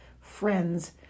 friends